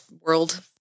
world